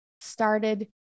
started